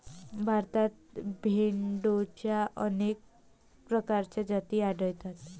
भारतात भेडोंच्या अनेक प्रकारच्या जाती आढळतात